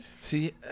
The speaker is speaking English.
See